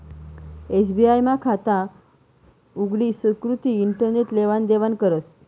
SBI मा खातं उघडी सुकृती इंटरनेट लेवान देवानं करस